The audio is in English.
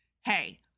Hey